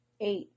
eight